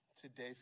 today